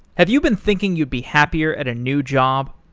have you been thinking you'd be happier at a new job?